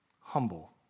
Humble